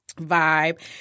vibe